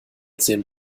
zehn